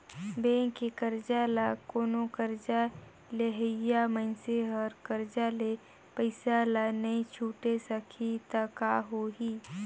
bank के करजा ल कोनो करजा लेहइया मइनसे हर करज ले पइसा ल नइ छुटे सकें त का होही